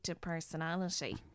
personality